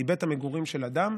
מבית המגורים של אדם